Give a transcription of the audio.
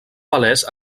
palès